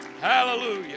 Hallelujah